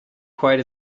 quite